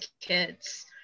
kids